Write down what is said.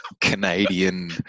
Canadian